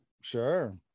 sure